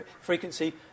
frequency